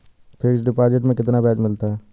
Fix deposit में कितना ब्याज मिलता है?